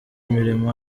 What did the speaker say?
imirimo